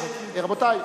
רבותי.